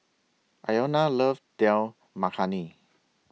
Iona loves Dal Makhani